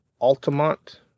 altamont